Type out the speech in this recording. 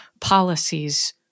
policies